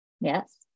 Yes